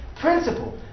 principle